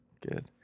good